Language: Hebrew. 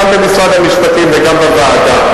גם במשרד המשפטים וגם בוועדה.